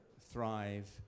thrive